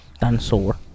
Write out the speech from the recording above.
dinosaur